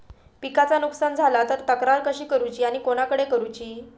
पिकाचा नुकसान झाला तर तक्रार कशी करूची आणि कोणाकडे करुची?